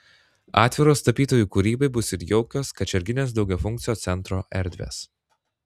atviros tapytojų kūrybai bus ir jaukios kačerginės daugiafunkcio centro erdvės